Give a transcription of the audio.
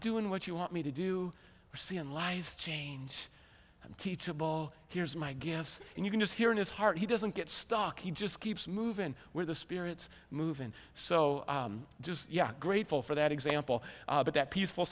doing what you want me to do or see in lies change teachable here's my guess and you can just hear in his heart he doesn't get stuck he just keeps movin where the spirits move and so just yeah grateful for that example but that peaceful